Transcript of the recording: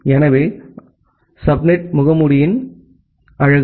எனவே அதுதான் சப்நெட் முகமூடியின் அழகு